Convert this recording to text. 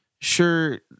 sure